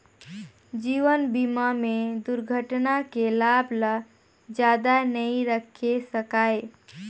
जीवन बीमा में दुरघटना के लाभ ल जादा नई राखे सकाये